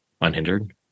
unhindered